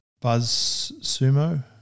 BuzzSumo